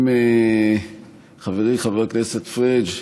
אם חברי חבר הכנסת פריג'